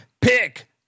Pick